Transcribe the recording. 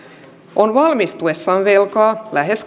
on valmistuessaan velkaa lähes